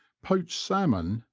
poached salmon,